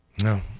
no